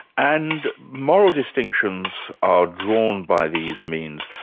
and moral distinctions are drawn by these means.